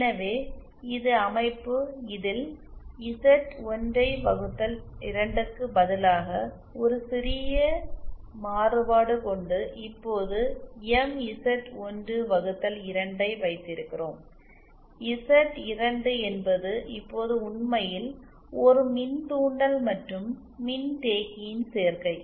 எனவே இது அமைப்பு இதில் Z1 வகுத்தல் 2 க்கு பதிலாக ஒரு சிறிய மாறுபாடு கொண்டு இப்போது MZ1 வகுத்தல் 2 ஐ வைத்திருக்கிறோம் Z2 என்பது இப்போது உண்மையில் ஒரு மின்தூண்டல் மற்றும் மின்தேக்கியின் சேர்க்கை